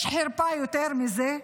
יש חרפה יותר מזה?